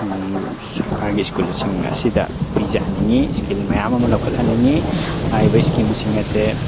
ꯁꯔꯀꯥꯔꯒꯤ ꯁ꯭ꯀꯨꯜꯁꯤꯡ ꯑꯁꯤꯗ ꯄꯤꯖꯍꯟꯅꯤꯡꯏ ꯏꯁꯀꯤꯜ ꯃꯌꯥꯝ ꯑꯃ ꯂꯧꯈꯠꯍꯟꯅꯤꯡꯏ ꯍꯥꯏꯔꯤꯕ ꯏꯁꯀꯤꯝꯁꯤꯡ ꯑꯁꯦ